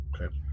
Okay